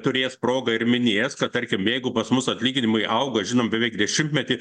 turės progą ir minės kad tarkim jeigu pas mus atlyginimai auga žinom beveik dešimtmetį